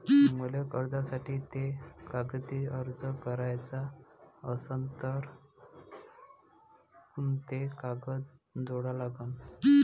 मले कर्जासाठी थे कागदी अर्ज कराचा असन तर कुंते कागद जोडा लागन?